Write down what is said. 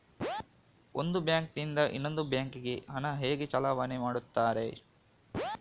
ಒಂದು ಬ್ಯಾಂಕ್ ನಿಂದ ಇನ್ನೊಂದು ಬ್ಯಾಂಕ್ ಗೆ ಹಣ ಹೇಗೆ ಚಲಾವಣೆ ಮಾಡುತ್ತಾರೆ?